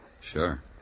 Sure